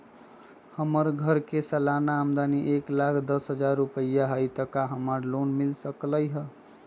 हमर घर के सालाना आमदनी एक लाख दस हजार रुपैया हाई त का हमरा लोन मिल सकलई ह?